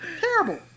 terrible